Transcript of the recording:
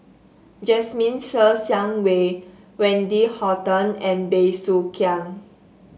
Jasmine Ser Xiang Wei Wendy Hutton and Bey Soo Khiang